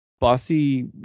bossy